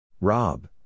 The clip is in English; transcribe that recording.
Rob